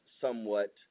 somewhat